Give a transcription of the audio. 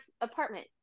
apartment